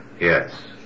Yes